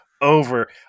over